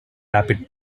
rapid